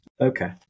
Okay